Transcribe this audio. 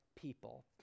people